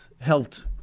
helped